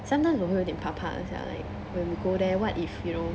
sometimes 有一点怕怕的 sia like when we go there what if you know